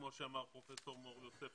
כמו שאמר פרופ' מור יוסף,